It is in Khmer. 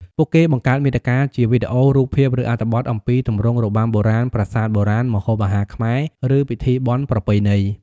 ពួកគេបង្កើតមាតិកាជាវីដេអូ រូបភាព ឬអត្ថបទអំពីទម្រង់របាំបុរាណ ប្រាសាទបុរាណ ម្ហូបអាហារខ្មែរ ឬពិធីបុណ្យប្រពៃណី។